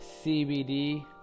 CBD